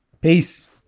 Peace